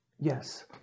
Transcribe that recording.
yes